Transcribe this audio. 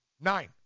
Nine